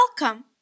Welcome